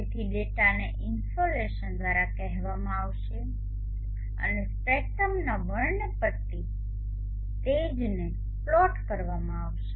તેથી ડેટાને ઇન્સોલેશન દ્વારા કહેવામાં આવશે અને સ્પેક્ટ્રમના વર્ણપટ્ટી તેજને પ્લોટ કરવામાં આવશે